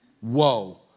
Whoa